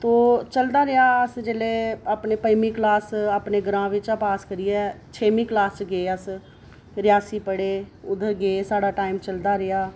तो चलदा रेहा अस जिल्लै अपनी पंजमीं क्लास अस अपने ग्रांऽ बिच्चा पास करियै छेमीं क्लास च गे अस रियासी पढ़े उद्धर गै साढ़ा टाईम चलदा रेहा